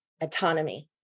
autonomy